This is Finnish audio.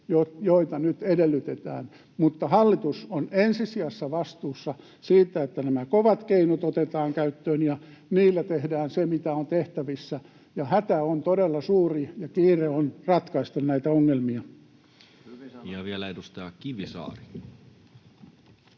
joita nyt edellytetään. Mutta hallitus on ensi sijassa vastuussa siitä, että nämä kovat keinot otetaan käyttöön ja niillä tehdään se, mitä on tehtävissä. Hätä on todella suuri, ja kiire on ratkaista näitä ongelmia. [Speech 238] Speaker: